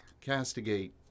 castigate